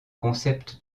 concept